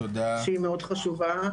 שהיא מאוד חשובה.